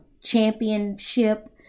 championship